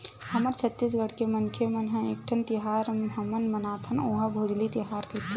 हमर छत्तीसगढ़ के मनखे मन ह एकठन तिहार हमन मनाथन ओला भोजली तिहार कइथे